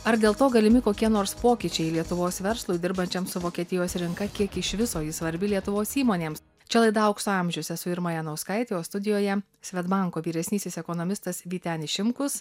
ar dėl to galimi kokie nors pokyčiai lietuvos verslui dirbančiam su vokietijos rinka kiek iš viso ji svarbi lietuvos įmonėms čia laida aukso amžių esu irma janauskaitė o studijoje svedbanko vyresnysis ekonomistas vytenis šimkus